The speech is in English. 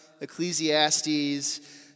Ecclesiastes